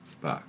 Bye